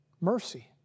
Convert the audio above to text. Mercy